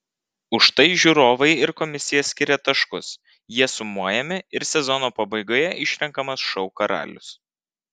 už tai žiūrovai ir komisija skiria taškus jie sumojami ir sezono pabaigoje išrenkamas šou karalius